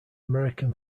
american